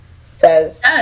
says